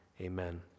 Amen